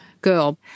girl